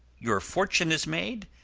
your fortune is made,